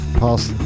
past